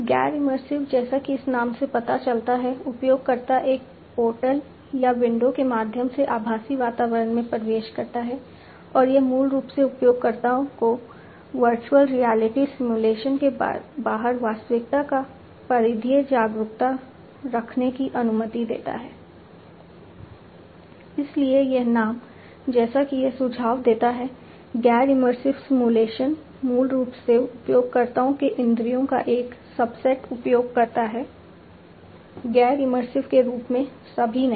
गैर इमर्सिव के रूप में सभी नहीं